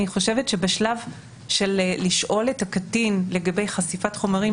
אני חושבת שבשלב של שאלת הקטין לגבי חשיפת חומרים,